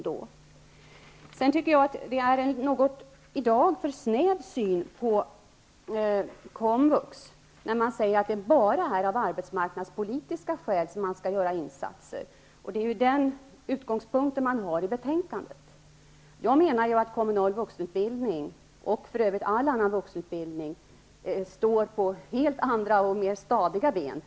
Det är i dag en något för snäv syn på komvux när man säger att det bara är av arbetsmarknadspolitiska skäl som man skall göra insatser. Det är den utgångspunkten man har i betänkandet. Kommunal vuxenutbildning och även all annan vuxenutbildning står på andra och mer stadiga ben.